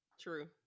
True